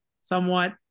somewhat